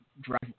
drive